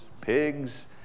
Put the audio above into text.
pigs